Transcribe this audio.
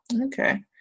okay